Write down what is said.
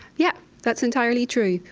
yeah that's entirely true.